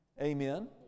Amen